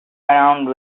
around